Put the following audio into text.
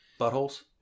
buttholes